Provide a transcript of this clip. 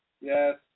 Yes